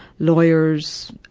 lawyers,